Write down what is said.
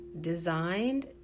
designed